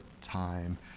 time